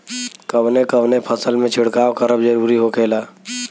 कवने कवने फसल में छिड़काव करब जरूरी होखेला?